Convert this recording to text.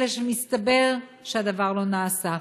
אלא שמסתבר שהדבר לא קרה.